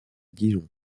dijon